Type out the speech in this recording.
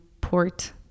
port